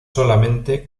solamente